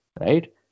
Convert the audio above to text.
right